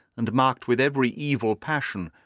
and marked with every evil passion,